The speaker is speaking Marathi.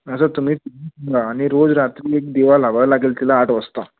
असं तुम्ही आणि रोज रात्री एक दिवा लावावा लागेल तिला आठ वाजता